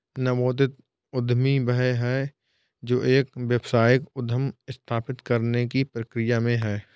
नवोदित उद्यमी वह है जो एक व्यावसायिक उद्यम स्थापित करने की प्रक्रिया में है